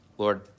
Lord